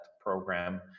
program